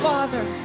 Father